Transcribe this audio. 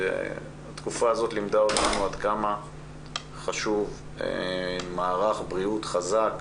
התקופה הזאת לימדה אותנו עד כמה חשוב מערך בריאות חזק,